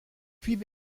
puits